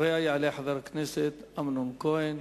אחריה יעלה חבר הכנסת אמנון כהן.